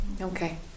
Okay